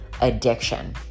addiction